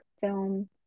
film